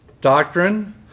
doctrine